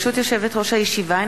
ברשות יושבת-ראש הישיבה,